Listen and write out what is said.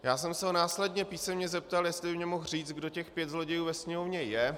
Já jsem se ho následně písemně zeptal, jestli by mi mohl říct, kdo těch pět zlodějů ve Sněmovně je.